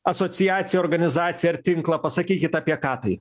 asociaciją organizaciją ar tinklą pasakykit apie ką tai